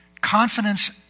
Confidence